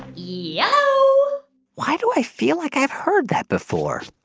yeah why do i feel like i've heard that before?